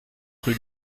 rue